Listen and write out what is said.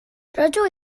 rydw